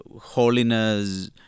holiness